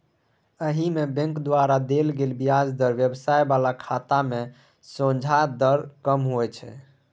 एहिमे बैंक द्वारा देल गेल ब्याज दर व्यवसाय बला खाता केर सोंझा दर कम होइ छै